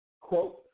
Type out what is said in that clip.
quote